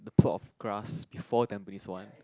the plot of grass before Tampines-One